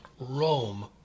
Rome